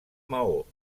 maó